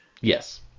yes